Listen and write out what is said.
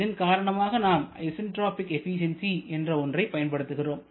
இதன் காரணமாக நாம் ஐசன்ட்ராபிக் எபிசியன்சி என்ற ஒன்றை பயன்படுத்துகிறோம்